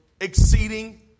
exceeding